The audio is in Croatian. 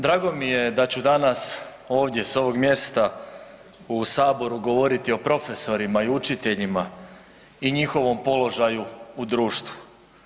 Drago mi je da ću danas ovdje s ovog mjesta u Saboru govoriti o profesorima i učiteljima i njihovom položaju u društvu.